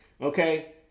okay